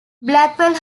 blackwell